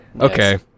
Okay